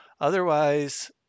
Otherwise